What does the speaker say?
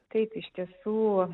taip iš tiesų